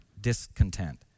discontent